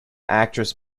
actress